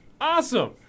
awesome